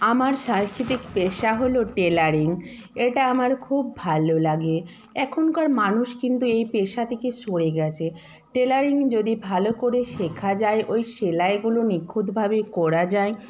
আমার সাংস্কৃতিক পেশা হলো টেলারিং এটা আমার খুব ভালো লাগে এখনকার মানুষ কিন্তু এই পেশা থেকে সরে গেছে টেলারিং যদি ভালো করে শেখা যায় ওই সেলাইগুলো নিখুঁতভাবে করা যায়